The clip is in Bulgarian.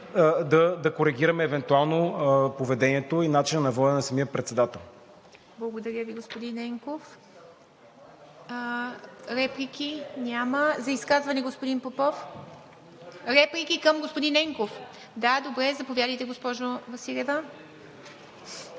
да коригираме евентуално поведението и начина на водене на самия председател.